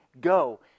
go